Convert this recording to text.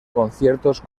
conciertos